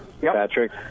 Patrick